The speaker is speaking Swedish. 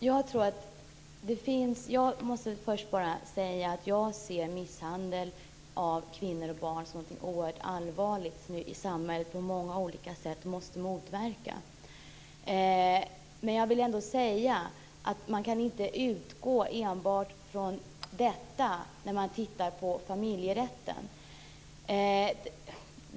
Fru talman! Jag måste först bara säga att jag ser misshandel av kvinnor och barn som någonting oerhört allvarligt som vi i samhället på många olika sätt måste motverka. Jag vill ändå säga att man inte kan utgå enbart från detta när man tittar på familjerätten.